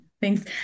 Thanks